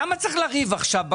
למה צריך לריב עכשיו,